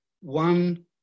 one